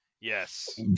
Yes